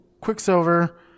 quicksilver